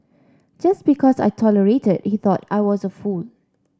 just because I tolerated he thought I was a fool